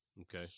Okay